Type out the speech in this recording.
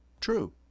true